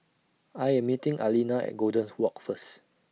I Am meeting Aleena At Golden's Walk First